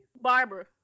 Barbara